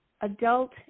adult